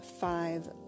five